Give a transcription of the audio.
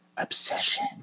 obsession